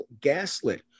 gaslit